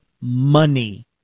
money